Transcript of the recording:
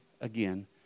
again